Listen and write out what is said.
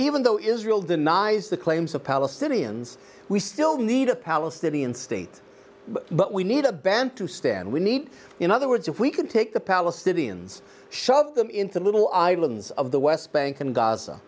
even though israel denies the claims of palestinians we still need a palestinian state but we need a band to stand we need in other words if we can take the palestinians shove them into little islands of the west bank and g